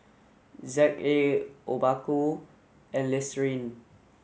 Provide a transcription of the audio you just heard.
Z A Obaku and Listerine